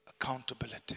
accountability